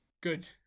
Good